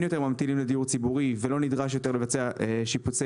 יותר ממתינים לדיור ציבורי ולא נדרש יותר לבצע שיפוצי